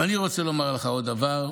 ואני רוצה לומר לך עוד דבר,